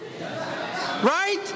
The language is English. Right